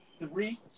three